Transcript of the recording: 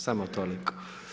Samo toliko.